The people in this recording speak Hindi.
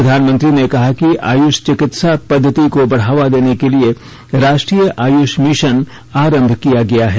प्रधानमंत्री ने कहा कि आयुष चिकित्सा पद्धति को बढावा देने के लिए राष्ट्रीय आयुष मिशन आरंभ किया गया है